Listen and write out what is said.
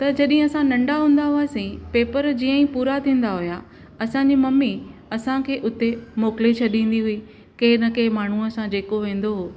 त जॾहिं असां नंढा हूंदा हुआसीं पेपर जीअं ई पूरा थींदा हुआ असांजी मम्मी असांखे हुते मोकिले छॾींदी हुई कंहिं न कंहिं माण्हूअ सां जेको वेंदो हुओ